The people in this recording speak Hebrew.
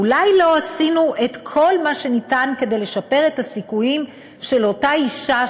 אולי לא עשינו את כל מה שניתן כדי לשפר את הסיכויים של אותה אישה,